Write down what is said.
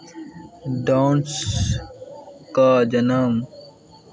डांसके जनम